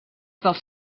dels